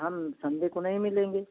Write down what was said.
हम सनडे को नहीं मिलेंगे